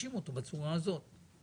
הקודמת נכללו.